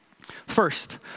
First